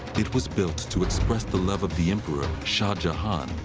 it was built to express the love of the emperor, shah jahan,